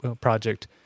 project